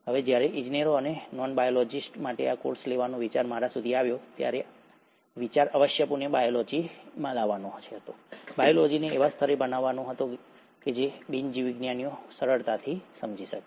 હવે જ્યારે ઈજનેરો અને નોન બાયોલોજીસ્ટ માટે આ કોર્સ લેવાનો વિચાર મારા સુધી આવ્યો ત્યારે વિચાર આવશ્યકપણે બાયોલોજીમાં લાવવાનો હતો બાયોલોજીને એવા સ્તરે ભણાવવાનો હતો જે બિન જીવવિજ્ઞાનીઓ સરળતાથી લઈ શકે